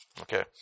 Okay